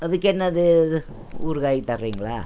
அதுக்கென்னது இது ஊறுகாய் தர்றீங்களா